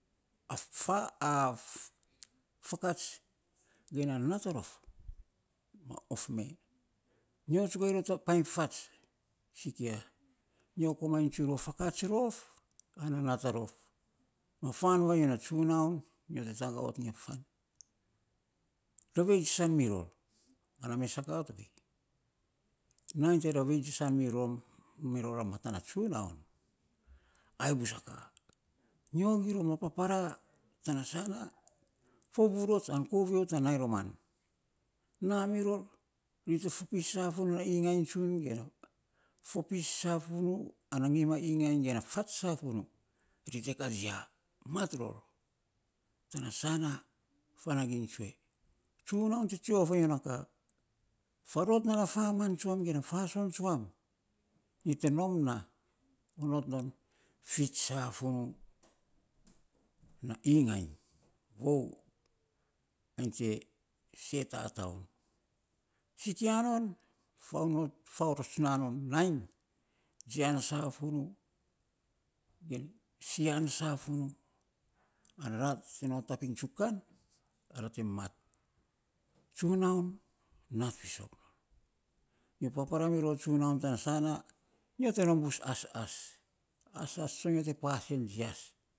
A fakats ge na nat a rof ma of me nyol tsugainy rou ta painy fats siikia nyo komain tsun rou fakats rof ana nat a rof. Ma fan vainyo na tsunaun nyo te tagaa ot inya fan tovei san miror nyo te taga of iny a fan ana mes sa ka tovei, nai te ravir tsenan mi rom a matan a tsunaun ai bbus a ka, nyo gim roma paparaa tana sanaa fovurots an koviou tan nai roman, namiro ri te fopis safunuu na jian tsun ge fats safunuu na igain ge na nyim a igain tsun. Ri te katsia, mat ror tana sana fanagi. Iny tsue tsunun te tsue of vainyo na ka faruak nana faman tsuam ge na fason tsuam iny te nom na onot non fits safunuu na igain vou ainy te se tataune sikia non faonots nanon nainy tsian na safunuu ge sian safunuu ana ra te notap iny tsukan ara te mat tsunaun nat fisok non, nyo papara mirou e tsunanun tana sana nyo te nom bus asas, asas tsoinyo te pasen tsias.